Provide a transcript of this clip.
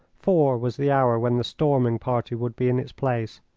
four was the hour when the storming-party would be in its place.